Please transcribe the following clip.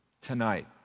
tonight